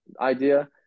idea